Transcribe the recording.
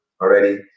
already